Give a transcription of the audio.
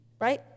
right